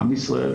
עם ישראל,